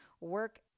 work